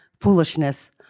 foolishness